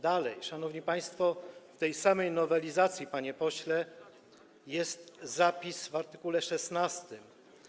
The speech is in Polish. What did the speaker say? Dalej, szanowni państwo, w tej samej nowelizacji, panie pośle, jest zapis w art. 16: